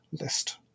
list